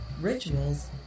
rituals